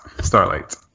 Starlight